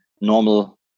normal